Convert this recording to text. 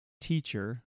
teacher